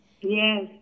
Yes